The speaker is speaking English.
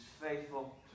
faithful